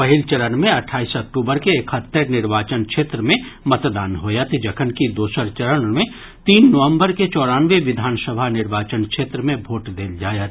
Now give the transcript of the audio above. पहिल चरण मे अठाईस अक्टूबर के एकहत्तरि निर्वाचन क्षेत्र मे मतदान होयत जखनकि दोसर चरण मे तीन नवम्बर के चौरानवे विधानसभा निर्वाचन क्षेत्र मे भोट देल जायत